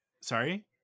sorry